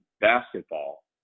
basketball